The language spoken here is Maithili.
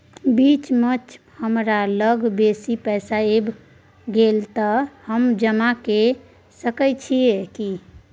बीच म ज हमरा लग बेसी पैसा ऐब गेले त हम जमा के सके छिए की?